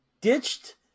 ditched